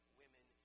women